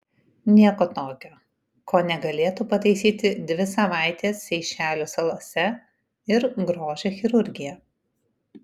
nieko tokio ko negalėtų pataisyti dvi savaitės seišelių salose ir grožio chirurgija